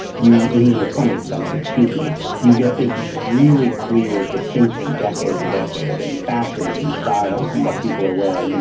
you, in in the twentieth century excuse me. you get this really clear distinction decade to decade, in fashions and styles, and what people are wearing.